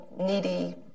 needy